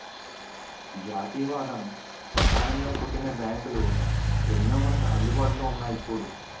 జాతీయవాదం ప్రధానంగా పుట్టిన బ్యాంకులు ఎన్నో మనకు అందుబాటులో ఉన్నాయి చూడు